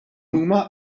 huma